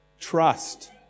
Trust